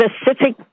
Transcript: specific